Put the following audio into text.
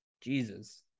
Jesus